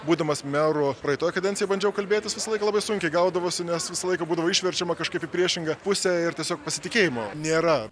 būdamas meru praeitoj kadencijoj bandžiau kalbėtis visą laiką labai sunkiai gaudavosi nes visą laiką būdavo išverčiama kažkaip į priešingą pusę ir tiesiog pasitikėjimo nėra